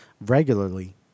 regularly